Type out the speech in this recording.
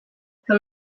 que